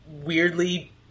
weirdly